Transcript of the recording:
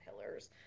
pillars